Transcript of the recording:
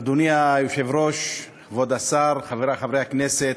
אדוני היושב-ראש, כבוד השר, חברי חברי הכנסת,